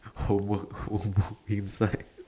homework workbook inside